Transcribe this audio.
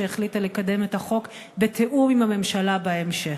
שהחליטה לקדם את החוק בתיאום עם הממשלה בהמשך.